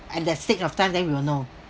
at that state of time then we will know